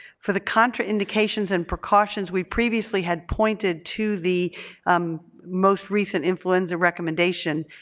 for the contraindications and precautions we previously had pointed to the most recent influenza recommendation,